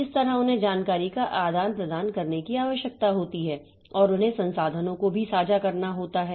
इस तरह उन्हें जानकारी का आदान प्रदान करने की आवश्यकता होती है और उन्हें संसाधनों को भी साझा करना होता है